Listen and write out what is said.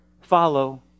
Follow